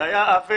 זה היה עוול,